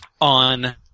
on –